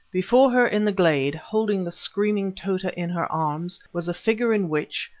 before her in the glade, holding the screaming tota in her arms, was a figure in which,